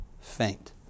faint